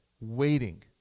waiting